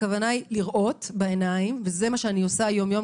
הכוונה היא לראות בעיניים וזה מה שאני עושה יום יום,